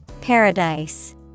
Paradise